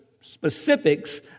specifics